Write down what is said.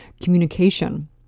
communication